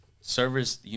servers